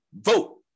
vote